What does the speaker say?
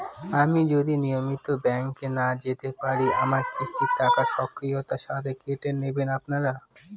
আমি যদি নিয়মিত ব্যংকে না যেতে পারি আমার কিস্তির টাকা স্বকীয়তার সাথে কেটে নেবেন আপনারা?